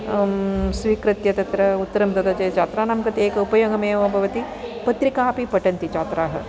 स्वीकृत्य तत्र उत्तरं ददति चेत् छात्राणां कृते उपयोगमेव भवति पत्रिकाः अपि पठन्ति छात्रा